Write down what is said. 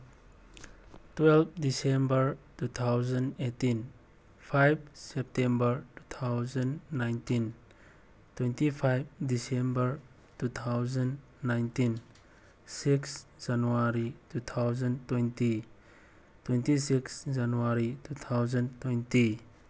twelve December two thousand eighteen five September two thousand nineteen twenty five December two thousand nineteen six January two thousand twenty twenty six January two thousand twenty